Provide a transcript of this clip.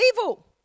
evil